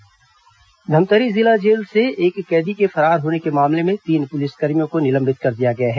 कैदी फरार निलंबन धमतरी जिला जेल से एक कैदी के फरार होने के मामले में तीन पुलिसकर्मियों को निलंबित कर दिया गया है